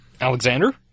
Alexander